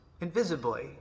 invisibly